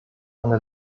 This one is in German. eine